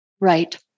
Right